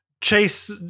chase